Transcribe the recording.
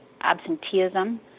absenteeism